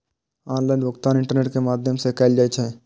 online भुगतान internet के माध्यम सं कैल जाइ छै